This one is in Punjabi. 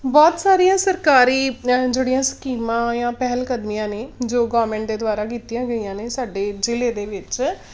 ਬਹੁਤ ਸਾਰੀਆਂ ਸਰਕਾਰੀ ਅ ਜਿਹੜੀਆਂ ਸਕੀਮਾਂ ਜਾਂ ਪਹਿਲ ਕਦਮੀਆਂ ਨੇ ਜੋ ਗੌਰਮੈਂਟ ਦੇ ਦੁਆਰਾ ਕੀਤੀਆਂ ਗਈਆਂ ਨੇ ਸਾਡੇ ਜ਼ਿਲ੍ਹੇ ਦੇ ਵਿੱਚ